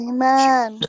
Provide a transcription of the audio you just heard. Amen